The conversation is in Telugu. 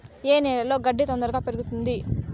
ఏ నేలలో గడ్డి తొందరగా పెరుగుతుంది